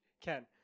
Ken